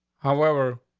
however,